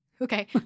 Okay